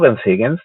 לורנס היגינס,